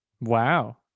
wow